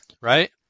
Right